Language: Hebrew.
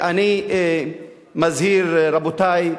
אני מזהיר, רבותי,